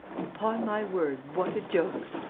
upon my word, what a joke!